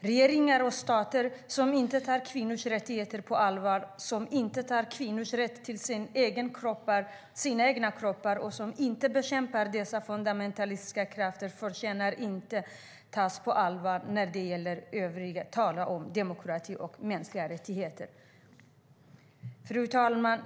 Regeringar och stater som inte tar kvinnors rättigheter på allvar, som inte tar kvinnors rätt till sin egen kropp på allvar och som inte bekämpar dessa fundamentalistiska krafter förtjänar inte att tas på allvar när de i övrigt talar om demokrati och mänskliga rättigheter. Fru talman!